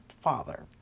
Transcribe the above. Father